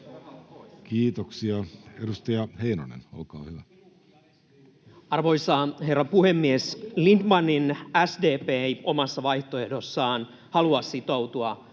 Kiitoksia. — Edustaja Heinonen, olkaa hyvä. Arvoisa herra puhemies! Lindtmanin SDP ei omassa vaihtoehdossaan halua sitoutua